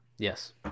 Yes